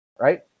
right